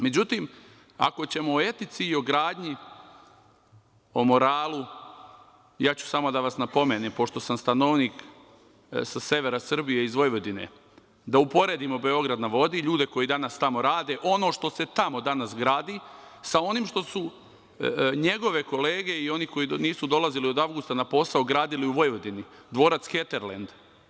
Međutim, ako ćemo o etici i o gradnji, o moralu, samo ću da vas napomenem, pošto sam stanovnik sa severa Srbije, iz Vojvodine, da uporedimo Beograd na vodi, ljude koji danas tamo rade, ono što se tamo danas gradi, sa onim što su njegove kolege i oni koji nisu dolazili od avgusta na posao, gradili u Vojvodini, dvorac Heterlend.